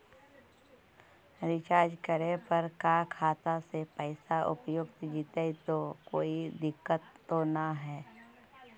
Recharge करे पर का खाता से पैसा उपयुक्त जितै तो कोई दिक्कत तो ना है?